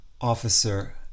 officer